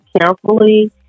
carefully